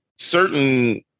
Certain